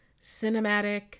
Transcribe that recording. cinematic